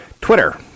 Twitter